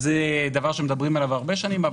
זה דבר שמדברים עליו שנים רבות,